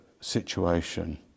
situation